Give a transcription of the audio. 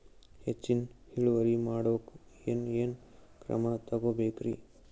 ಹೆಚ್ಚಿನ್ ಇಳುವರಿ ಮಾಡೋಕ್ ಏನ್ ಏನ್ ಕ್ರಮ ತೇಗೋಬೇಕ್ರಿ?